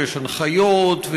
ויש הנחיות,